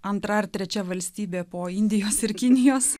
antra ar trečia valstybė po indijos ir kinijos